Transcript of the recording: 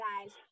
guys